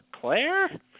Claire